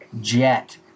jet